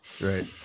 right